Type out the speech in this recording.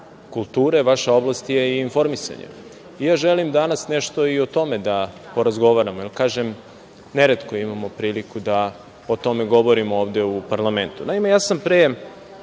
vaša oblast je i informisanje. Želim danas nešto i o tome da porazgovaramo, jer kažem neretko imamo priliku da o tome govorimo ovde u parlamentu. Najpre